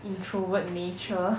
introvert nature